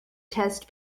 test